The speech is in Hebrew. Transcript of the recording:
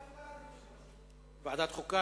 סליחה.